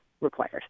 required